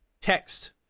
text